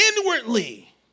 inwardly